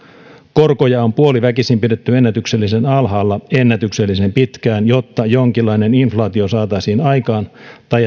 korkoja on puoliväkisin pidetty ennätyksellisen alhaalla ennätyksellisen pitkään jotta jonkinlainen inflaatio saataisiin aikaan tai